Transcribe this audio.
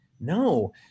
No